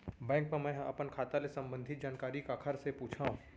Bank मा मैं ह अपन खाता ले संबंधित जानकारी काखर से पूछव?